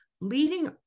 leading